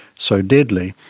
so deadly?